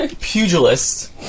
pugilist